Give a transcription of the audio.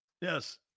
Yes